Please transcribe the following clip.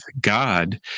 God